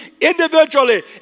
individually